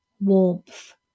warmth